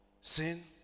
sin